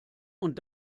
und